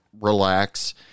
relax